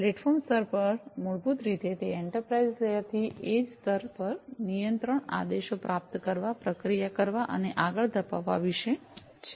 platform સ્તર મૂળભૂત રીતે તે એન્ટરપ્રાઇઝ લેયર થી એડ્જ સ્તર પર નિયંત્રણ આદેશો પ્રાપ્ત કરવા પ્રક્રિયા કરવા અને આગળ ધપાવવા વિશે છે